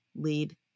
lead